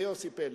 ויוסי פלד.